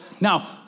Now